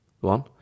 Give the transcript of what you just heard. one